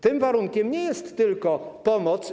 Tym warunkiem nie jest tylko pomoc.